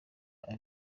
baba